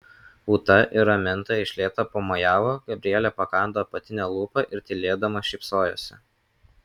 ūta ir raminta iš lėto pamojavo gabrielė pakando apatinę lūpą ir tylėdama šypsojosi